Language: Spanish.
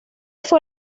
fue